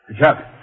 Chuck